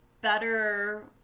better